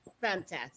Fantastic